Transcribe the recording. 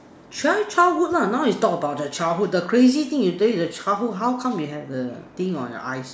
try childhood lah now you talk about the childhood the crazy thing you did in your childhood how come you have the thing on you eyes